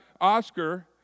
Oscar